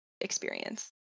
experience